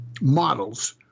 models